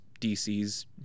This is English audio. DC's